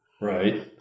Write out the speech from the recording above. Right